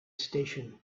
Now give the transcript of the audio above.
station